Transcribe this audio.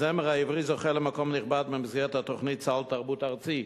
הזמר העברי זוכה למקום נכבד במסגרת התוכנית סל תרבות ארצי,